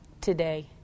today